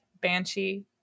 banshee